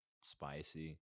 spicy